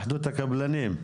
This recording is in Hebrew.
התאחדות הקבלנים,